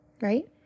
right